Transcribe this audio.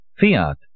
Fiat